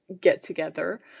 get-together